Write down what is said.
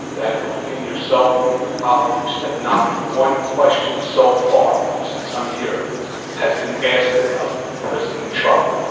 that between yourself and your colleagues, that not one question so far since i'm here has been asked about president trump.